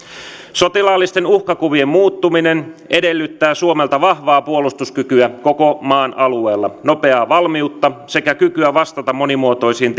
sotilaallisten uhkakuvien muuttuminen edellyttää suomelta vahvaa puolustuskykyä koko maan alueella nopeaa valmiutta sekä kykyä vastata monimuotoisiin